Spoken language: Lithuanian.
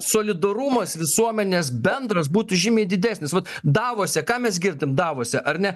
solidarumas visuomenės bendras būtų žymiai didesnis vat davose ką mes girdim davose ar ne